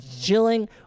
chilling